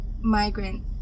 migrant